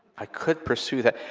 i could pursue that.